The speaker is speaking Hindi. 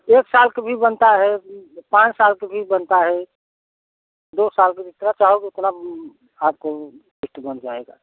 एक साल का भी बनता है पाँच साल के भी बनता है दो साल के जितना चाहोगे उतना आपको लिस्ट बन जाएगा